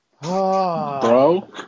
Bro